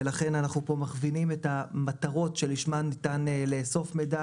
ולכן אנו פה מכווינים את המטרות שלשמן ניתן לאסוף מידע